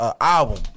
album